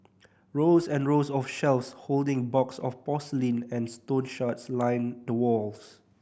rows and rows of shelves holding box of porcelain and stone shards line the walls